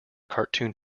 cartoon